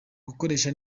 gukoresha